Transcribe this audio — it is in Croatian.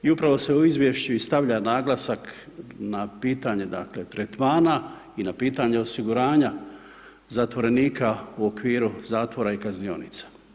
I upravo se u izvješću i stavlja naglasak na pitanje dakle tretmana i na pitanje osiguranja zatvorenika u okviru zatvora i kaznionica.